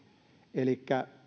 elikkä